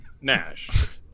Nash